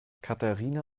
katharina